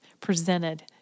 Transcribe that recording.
presented